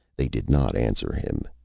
they did not answer him.